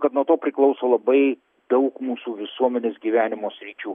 kad nuo to priklauso labai daug mūsų visuomenės gyvenimo sričių